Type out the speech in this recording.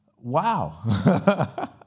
wow